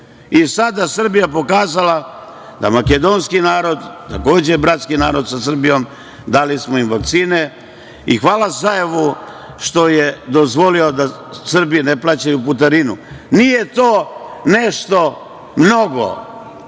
I sada je Srbija pokazala da je makedonski narod takođe bratski narod sa Srbijom, dali smo im vakcine. Hvala Zajevu što je dozvolio da Srbi ne plaćaju putarinu. Nije to nešto mnogo,